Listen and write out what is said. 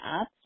up